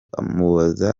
amubaza